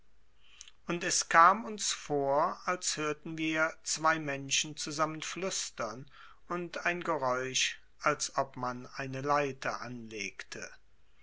und es kam uns vor als hörten wir zwei menschen zusammen flüstern und ein geräusch als ob man eine leiter anlegte